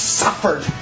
suffered